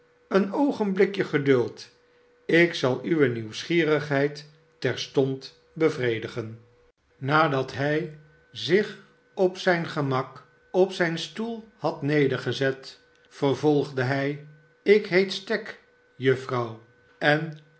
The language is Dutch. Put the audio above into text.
een oogenblikje geduld ik zal uwe nieuwsgierigheid terstond bevredigen ppp ip barnaby rudge wat de blindeman verlangde nadat hij zich op zijn gemak op zijn stoel had nedergezet vervolgde hij k heet stagg juffrouw en